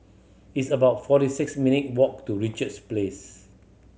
it's about forty six minute walk to Richards Place